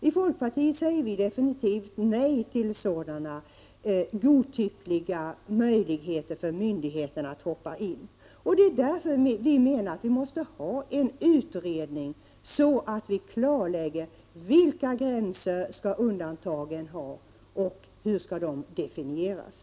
I folkpartiet säger vi nej till sådana godtyckliga möjligheter för myndigheterna att ingripa. Det är därför vi menar att en utredning måste företas, så att vi får klarlagt vilka gränser undantagen skall ha och hur de skall definieras.